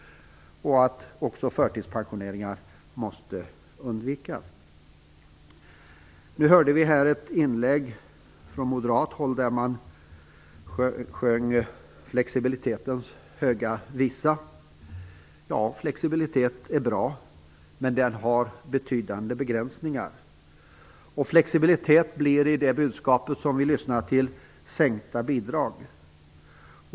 Förtidspensioneringar måste undvikas. Nu hörde vi här ett inlägg från moderat håll, där man sjöng flexibilitetens höga visa. Ja, flexibilitet är bra, men den har betydande begränsningar. Flexibilitet innebär enligt det budskap som vi lyssnade till sänkta bidrag.